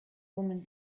woman